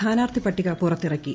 സ്ഥാനാർത്ഥി ്പട്ടിക പുറത്തിറക്കി